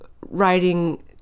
writing